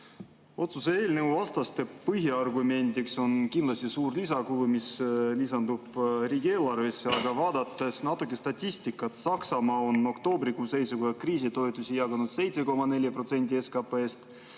Otsuse eelnõu vastaste põhiargument on kindlasti suur lisakulu, mis lisanduks riigieelarvesse. Aga vaatame natuke statistikat: Saksamaa on oktoobrikuu seisuga kriisitoetusi jaganud 7,4% SKP‑st,